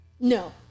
No